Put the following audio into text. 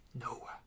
no